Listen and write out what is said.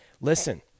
Listen